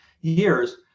years